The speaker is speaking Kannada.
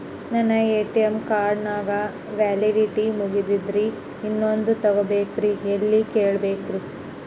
ನನ್ನ ಎ.ಟಿ.ಎಂ ಕಾರ್ಡ್ ನ ವ್ಯಾಲಿಡಿಟಿ ಮುಗದದ್ರಿ ಇನ್ನೊಂದು ತೊಗೊಬೇಕ್ರಿ ಎಲ್ಲಿ ಕೇಳಬೇಕ್ರಿ?